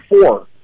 four